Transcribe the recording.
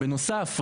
בנוסף,